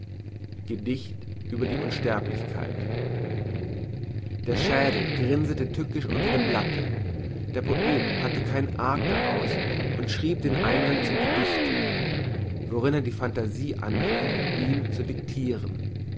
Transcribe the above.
gedicht über die unsterblichkeit der schädel grinsete tückisch unter dem blatte der poet hatte kein arg daraus und schrieb den eingang zum gedichte worin er die phantasie anrief ihm zu diktiren